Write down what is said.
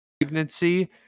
pregnancy